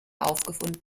aufgefunden